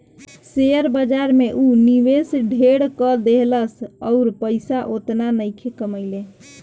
share बाजार में ऊ निवेश ढेर क देहलस अउर पइसा ओतना नइखे कमइले